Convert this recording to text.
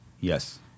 yes